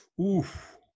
Oof